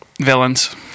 Villains